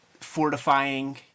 fortifying